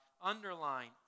Underline